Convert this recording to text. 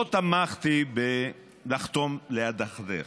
לא תמכתי בלחתום להדחתך.